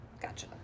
gotcha